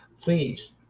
Please